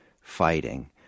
fighting